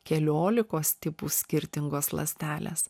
keliolikos tipų skirtingos ląstelės